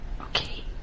Okay